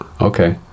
Okay